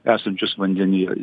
esančius vandenyje